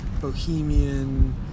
bohemian